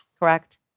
Correct